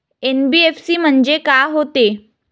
NBFC म्हणजे का होते?